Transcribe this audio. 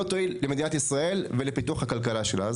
לא תועיל למדינת ישראל ולפיתוח הכלכלה שלה.